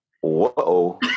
Whoa